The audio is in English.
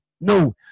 no